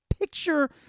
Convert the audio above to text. Picture